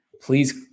Please